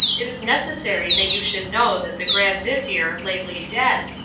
it is necessary that you should know that the grand-vizir, lately dead,